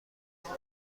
خسته